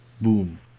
boom